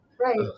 Right